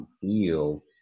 feel